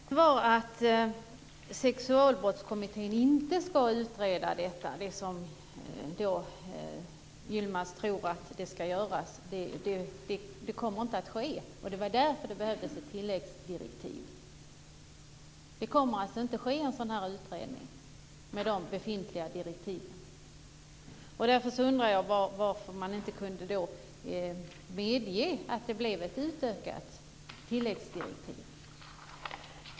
Fru talman! Problemet var att Sexualbrottskommittén inte ska utreda detta, vilket Yilmaz Kerimo tror ska göras. Det kommer inte att ske. Det var därför som det behövdes ett tilläggsdirektiv. Det kommer alltså inte att ske en sådan utredning med de befintliga direktiven. Därför undrar jag varför man inte kunde medge att det blev ett tilläggsdirektiv.